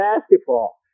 basketball